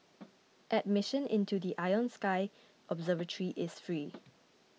admission into the Ion Sky observatory is free